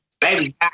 Baby